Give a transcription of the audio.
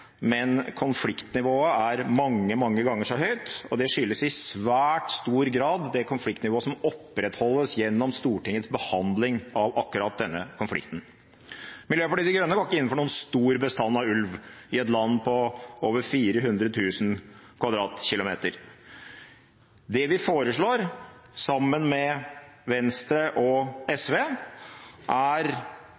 men konfliktnivået er mange, mange ganger så høyt, og det skyldes i svært stor grad det konfliktnivået som opprettholdes gjennom Stortingets behandling av akkurat denne konflikten. Miljøpartiet De Grønne går ikke inn for noen stor bestand av ulv i et land på over 400 000 km2. Det vi foreslår, sammen med Venstre og